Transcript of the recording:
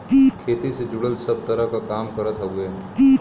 खेती से जुड़ल सब तरह क काम करत हउवे